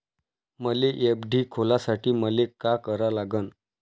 मले एफ.डी खोलासाठी मले का करा लागन?